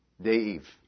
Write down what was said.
Dave